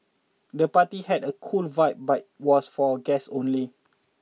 the party had a cool vibe but was for guests only